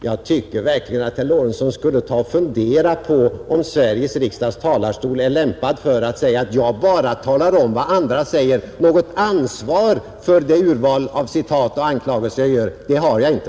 Jag tycker verkligen herr Lorentzon skulle ta och fundera på om Sveriges riksdags talarstol är lämpad för att säga: Jag bara talar om vad andra säger — något ansvar för det urval av citat och anklagelser jag gör har jag inte!